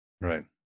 right